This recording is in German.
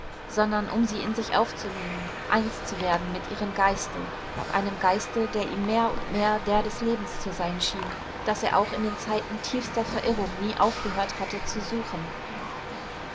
sondern um sie in sich aufzunehmen eins zu werden mit ihrem geiste einem geiste der ihm mehr und mehr der des lebens zu sein schien das er auch in den zeiten tiefster verirrung nie aufgehört hatte zu suchen